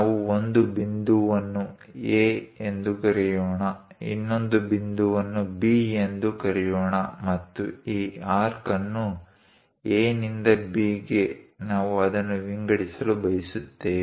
ನಾವು ಒಂದು ಬಿಂದುವನ್ನು A ಎಂದು ಕರೆಯೋಣ ಇನ್ನೊಂದು ಬಿಂದುವನ್ನು B ಎಂದು ಕರೆಯೋಣ ಮತ್ತು ಈ ಆರ್ಕ್ ಅನ್ನು A ನಿಂದ B ಗೆ ನಾವು ಅದನ್ನು ವಿಂಗಡಿಸಲು ಬಯಸುತ್ತೇವೆ